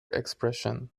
expression